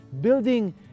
building